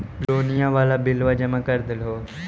लोनिया वाला बिलवा जामा कर देलहो?